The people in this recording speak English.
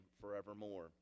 forevermore